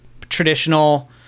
traditional